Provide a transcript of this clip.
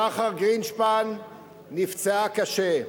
שחר גרינשפן נפצעה קשה,